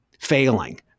failing